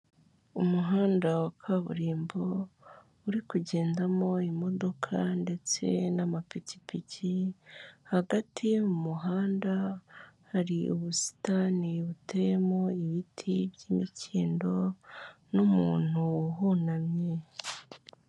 Umuhanda wa kaburimbo uri kugendamo imodoka ndetse n'amapikipiki, hagati mu muhanda hari ubusitani buteyemo ibiti by'imikindo, n'umuntu uhunamye.